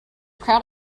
crowd